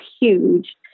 huge